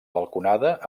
balconada